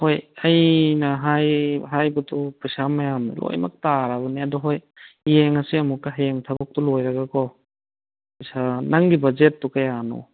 ꯍꯣꯏ ꯑꯩꯅ ꯍꯥꯏꯕꯗꯨ ꯄꯩꯁꯥ ꯃꯌꯥꯝ ꯂꯣꯏꯃꯛ ꯇꯥꯔꯕꯅꯦ ꯑꯗꯨ ꯍꯣꯏ ꯌꯦꯡꯉꯁꯤ ꯑꯃꯨꯛꯀ ꯍꯌꯦꯡ ꯊꯕꯛꯇꯨ ꯂꯣꯏꯔꯒꯀꯣ ꯄꯩꯁꯥ ꯅꯪꯒꯤ ꯕꯖꯦꯠꯇꯨ ꯀꯌꯥꯅꯣ